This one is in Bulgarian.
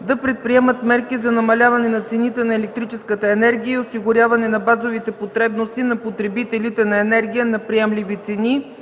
да предприемат мерки за намаляване на цените на електрическата енергия и осигуряване на базовите потребности на потребителите на енергия на приемливи цени.